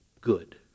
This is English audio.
Good